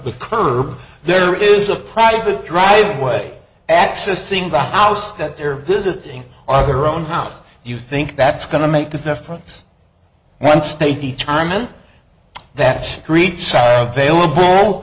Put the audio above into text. the curb there is a private driveway accessing the house that they're visiting on their own house you think that's going to make a difference once they determine that street south fail a ball